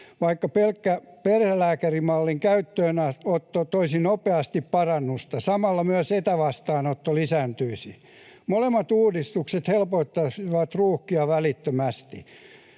Vaikkapa pelkkä perhelääkärimallin käyttöönotto toisi nopeasti parannusta, samoin myös etävastaanottojen lisääminen. Molemmat uudistukset helpottaisivat ruuhkia välittömästi.